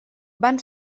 van